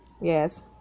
Yes